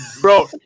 Bro